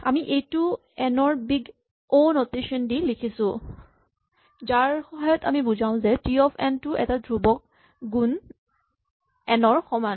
আমি এইটো এই এন ৰ বিগ অ' নটেচন দি লিখিছো যাৰ সহায়ত আমি বুজাও যে টি অফ এন টো এটা ধ্ৰুৱক গুণ এন ৰ সমান